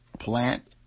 plant